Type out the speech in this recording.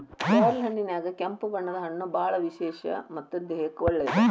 ಪ್ಯಾರ್ಲಹಣ್ಣಿನ್ಯಾಗ ಕೆಂಪು ಬಣ್ಣದ ಹಣ್ಣು ಬಾಳ ವಿಶೇಷ ಮತ್ತ ದೇಹಕ್ಕೆ ಒಳ್ಳೇದ